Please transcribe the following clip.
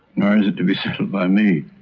nor is it to be settled by me.